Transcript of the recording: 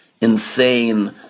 insane